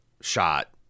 shot